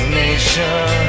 nation